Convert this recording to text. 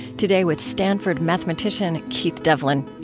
today with stanford mathematician keith devlin.